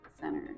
center